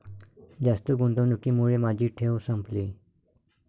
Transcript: जास्त गुंतवणुकीमुळे माझी ठेव संपली